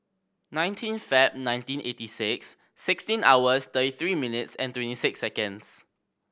nineteen Feb nineteen eighty six sixteen hours thirty three minutes and twenty six seconds